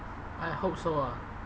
I hope so uh